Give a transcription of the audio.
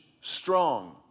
strong